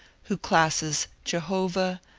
who classes jehovah,